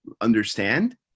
understand